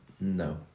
No